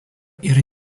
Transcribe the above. yra